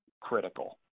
critical